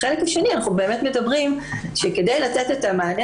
בחלק השני אנחנו מדברים שכדי לתת את המענה